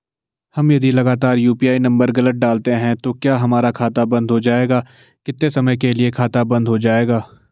हम यदि लगातार यु.पी.आई नम्बर गलत डालते हैं तो क्या हमारा खाता बन्द हो जाएगा कितने समय के लिए खाता बन्द हो जाएगा?